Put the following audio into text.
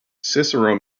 cicero